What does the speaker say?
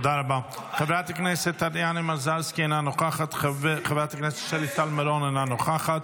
הפקרה, מיכאל, חוק המכר,